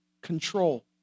control